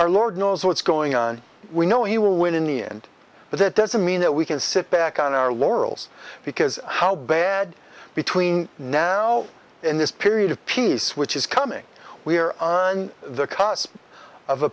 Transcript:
our lord knows what's going on we know he will win in the end but that doesn't mean that we can sit back on our laurels because how bad between now and this period of peace which is coming we are on the cusp of a